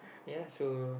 ya so